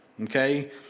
Okay